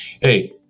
Hey